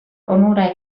onura